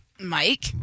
Mike